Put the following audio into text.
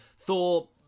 Thor